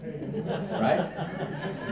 Right